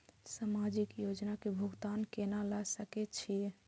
समाजिक योजना के भुगतान केना ल सके छिऐ?